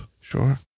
Sure